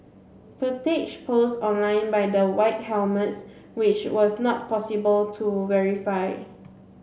footage posted online by the White Helmets which was not possible to verify